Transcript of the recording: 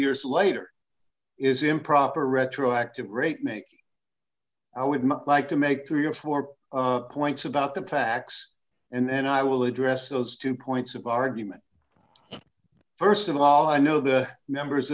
years later is improper retroactive rate make i would most like to make three or four points about the facts and then i will address those two points of argument first of all i know the members